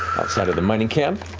outside of the mining camp.